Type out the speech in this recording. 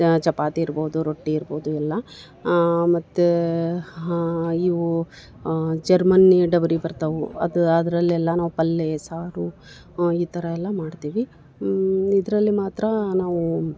ಚಪಾತಿ ಇರ್ಬೋದು ರೊಟ್ಟಿ ಇರ್ಬೋದು ಎಲ್ಲ ಮತ್ತು ಇವೂ ಜರ್ಮನ್ ಬರ್ತಾವು ಅದು ಅದ್ರಲ್ಲಿ ಎಲ್ಲ ನಾವು ಪಲ್ಯ ಸಾರು ಈ ಥರ ಎಲ್ಲ ಮಾಡ್ತೀವಿ ಇದರಲ್ಲಿ ಮಾತ್ರ ನಾವೂ